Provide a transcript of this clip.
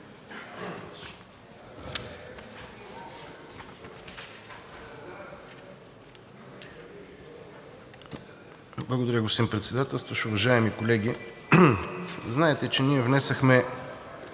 Благодаря, господин Председателстващ. Уважаеми колеги, знаете, че ние внесохме